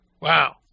Wow